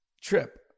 trip